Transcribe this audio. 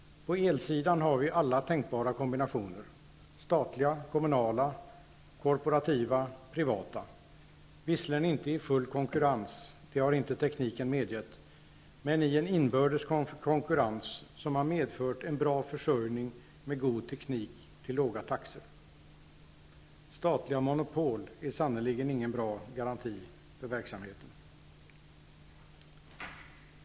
På elsidan har vi alla tänkbara kombinationer -- statliga, kommunala, kooperativa och privata -- visserligen inte i full konkurrens, det har inte tekniken medgett, men i en inbördes konkurrens som har medfört en bra försörjning med god teknik till låga taxor. Statliga monopol är sannerligen ingen bra garanti för verksamhet.